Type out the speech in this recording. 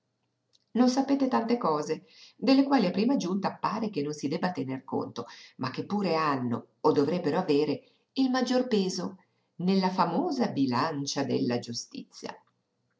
non sapete tante cose delle quali a prima giunta pare che non si debba tener conto ma che pure hanno o dovrebbero avere il maggior peso nella famosa bilancia della giustizia